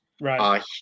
Right